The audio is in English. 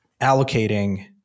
allocating